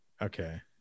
Okay